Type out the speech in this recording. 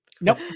Nope